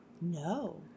No